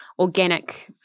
organic